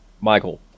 Michael